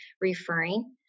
referring